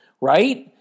right